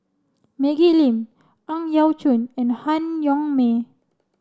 Maggie Lim Ang Yau Choon and Han Yong May